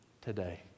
today